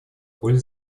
были